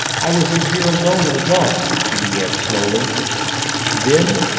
i was in here alone in the dark, she began slowly then,